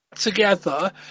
together